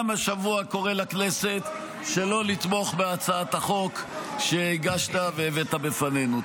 גם השבוע אני קורא לכנסת שלא לתמוך בהצעת החוק שהגשת והבאת בפנינו.